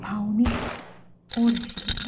भावनीक ओड आशिल्ली